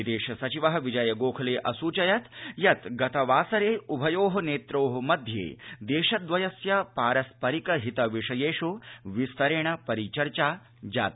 विदेश सचिवः विजय गोखले असुचयत् यत् गतवासरे उभयोः नेत्रोः मध्ये देशद्वयस्य पारस्परिक हितविषयेष् विस्तरेण परिचर्चा जाता